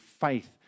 faith